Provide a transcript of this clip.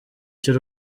cy’u